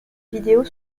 vidéos